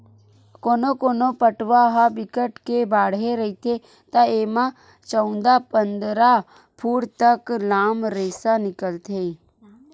कोनो कोनो पटवा ह बिकट के बाड़हे रहिथे त एमा चउदा, पंदरा फूट तक लाम रेसा निकलथे